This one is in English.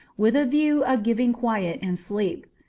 with a view of giving quiet and sleep.